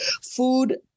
food